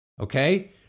okay